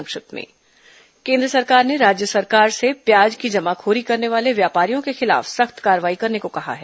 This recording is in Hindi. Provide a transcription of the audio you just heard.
संक्षिप्त समाचार केन्द्र सरकार ने राज्य सरकारों से प्याज की जमाखोरी करने वाले व्यापारियों के खिलाफ सख्त कार्रवाई करने को कहा है